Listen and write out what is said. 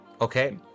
Okay